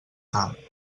camp